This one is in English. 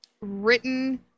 written